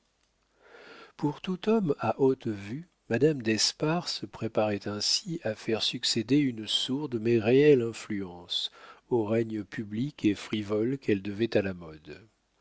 pour tout homme à haute vue madame d'espard se préparait ainsi à faire succéder une sourde mais réelle influence au règne public et frivole qu'elle devait à la mode